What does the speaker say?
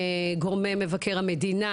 גורמי מבקר המדינה,